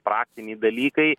praktiniai dalykai